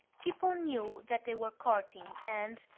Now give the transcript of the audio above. people knew that they were courting and,